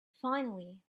finally